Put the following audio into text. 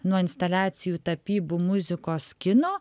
nuo instaliacijų tapybų muzikos kino